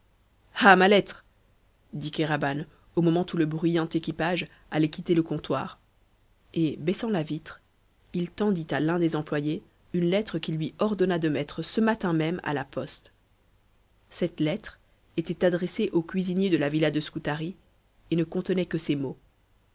ah ma lettre dit kéraban au moment où le bruyant équipage allait quitter le comptoir et baissant la vitre il tendit à l'un des employés une lettre qu'il lui ordonna de mettre ce matin même à la poste cette lettre était adressée au cuisinier de la villa de scutari et ne contenait que ces mots